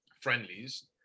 friendlies